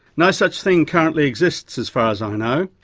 no such thing currently exists as far as i know.